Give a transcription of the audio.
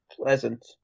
pleasant